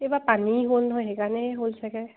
এইবাৰ পানী হ'ল নহয় সেইকাৰণেই হ'ল চাগে